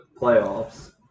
playoffs